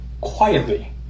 quietly